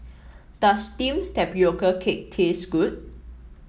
does steamed Tapioca Cake taste good